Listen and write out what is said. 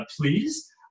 please